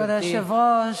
כבוד היושב-ראש,